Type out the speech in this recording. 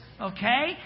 Okay